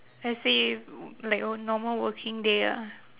let's say if like on normal working day ah